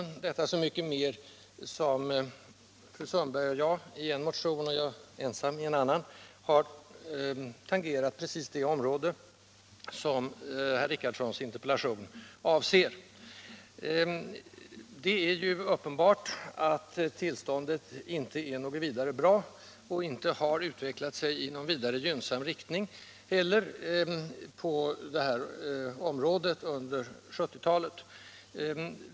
Jag gör det så mycket mer som fru Sundberg och jag i en gemensam motion och jag själv i en annan har tangerat precis det område som herr Richardsons interpellation avser. Det är uppenbart att tillståndet på detta område inte är särskilt bra, och det har inte heller utvecklat sig i någon särskilt gynnsam riktning under 1970-talet.